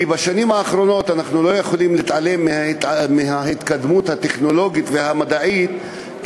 אנחנו לא יכולים להתעלם מההתקדמות הטכנולוגית והמדעית בשנים האחרונות,